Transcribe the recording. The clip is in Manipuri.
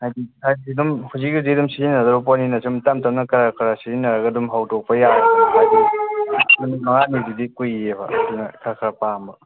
ꯍꯥꯏꯕꯗꯤ ꯍꯥꯏꯕꯗꯤ ꯑꯗꯨꯝ ꯍꯧꯖꯤꯛ ꯍꯧꯖꯤꯛ ꯑꯗꯨꯝ ꯁꯤꯖꯤꯟꯅꯒꯗꯧꯕ ꯄꯣꯠꯅꯤꯅ ꯁꯨꯝ ꯇꯞꯅ ꯇꯞꯅ ꯈꯔ ꯈꯔ ꯁꯤꯖꯤꯟꯅꯔꯒ ꯑꯗꯨꯝ ꯍꯧꯗꯣꯛꯄ ꯌꯥꯕ ꯍꯥꯏꯕꯗꯤ ꯅꯨꯃꯤꯠ ꯃꯉꯥꯅꯤꯗꯨꯗꯤ ꯀꯨꯏꯌꯦꯕ ꯑꯗꯨꯅ ꯈꯔ ꯈꯔ ꯄꯥꯝꯕ